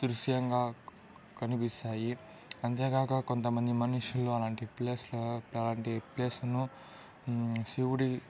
దృశ్యంగా కనిపిస్తాయి అంతేకాక కొంతమంది మనుషులు అలాంటి ప్లేస్ ను అలాంటి ప్లేస్ ను శివుడి